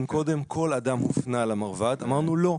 אם קודם כל אדם הופנה למרב"ד אמרנו לא,